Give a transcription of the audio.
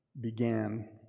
began